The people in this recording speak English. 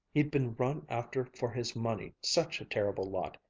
he'd been run after for his money such a terrible lot,